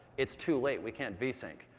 it's too late. we can't vsync.